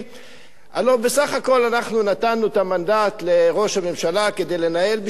הלוא בסך הכול אנחנו נתנו את המנדט לראש הממשלה כדי לנהל בשביל כולנו,